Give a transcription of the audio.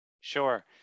Sure